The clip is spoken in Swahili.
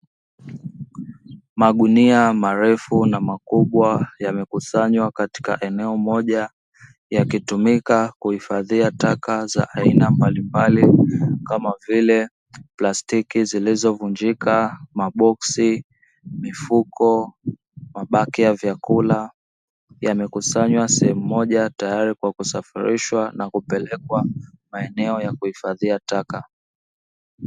Magunia marefu na makubwa yamekusanywa katika eneo moja yakitumika kuhifadhia taka za aina mbalimbali kama vile plastiki zilizovunjika, maboksi, mifuko, mabaki ya vyakula yamekusanywa sehemu moja tayari kwa kusafirishwa na kupelekwa maeneo ya kuhifadhia taka.